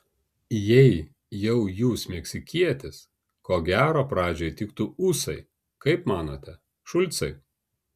jei jau jūs meksikietis ko gero pradžiai tiktų ūsai kaip manote šulcai